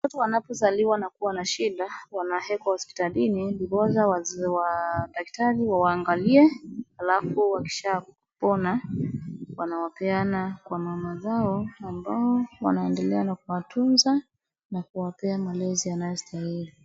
Watoto wanapozaliwa na kuwa na shida, wanawekwa hospitalini ndiposa wa daktari wawaangalie alafu wakishapona wanawapeana kwa mama zao ambao wanaendelea na kuwatunza na kuwapa malezi yanayostahili.